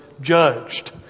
judged